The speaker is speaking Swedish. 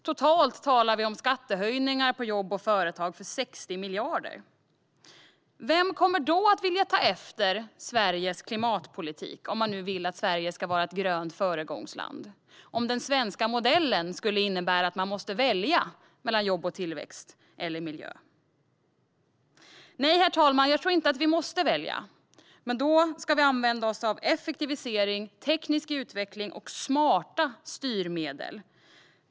Totalt talar vi om skattehöjningar för jobb och företag på 60 miljarder. Vem kommer att vilja ta efter Sveriges klimatpolitik - om man nu vill att Sverige ska vara ett grönt föregångsland - om den svenska modellen skulle innebära att man måste välja mellan jobb och tillväxt eller miljö? Nej, herr talman, jag tror inte att vi måste välja. I stället ska vi använda oss av effektivisering, teknisk utveckling och smarta styrmedel.